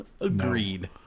Agreed